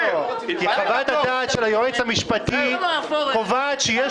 זה לא כי חוות הדעת היועץ המשפטי קובעת שיש